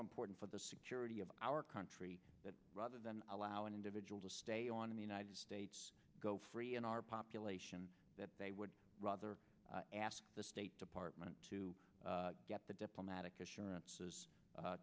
important for the security of our country that rather than allow an individual to stay on in the united states go free in our population that they would rather ask the state department to get the diplomatic assurances